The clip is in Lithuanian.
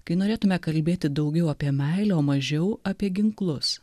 kai norėtumėme kalbėti daugiau apie meilę mažiau apie ginklus